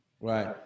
Right